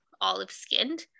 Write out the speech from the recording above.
olive-skinned